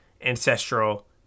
Ancestral